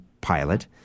pilot